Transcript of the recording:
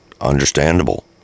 understandable